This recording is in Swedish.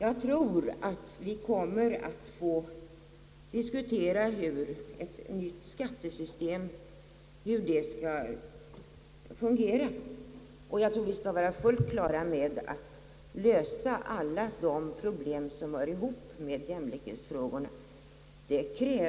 Vi kommer säkert snart att få diskutera ett nytt skattesystem, och vi bör vara på det klara med att vi då måste lösa alla de problem som hör ihop med jämlikhetsfrågorna.